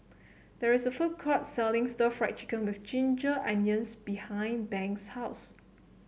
there is a food court selling Stir Fried Chicken with Ginger Onions behind Banks' house